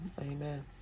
amen